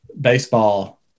baseball